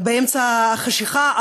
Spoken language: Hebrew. באמצע החשכה,